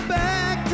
back